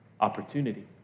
opportunity